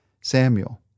Samuel